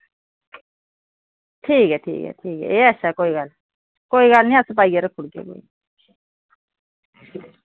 ठीक ऐ ठीक ऐ ठीक ऐ एह् अच्छा कोई गल्ल नेईं कोई गल्ल नेईं अस पाइयै रक्खुड़गे